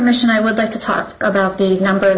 permission i would like to talk about the number of